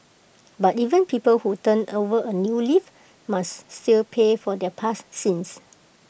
but even people who turn over A new leaf must still pay for their past sins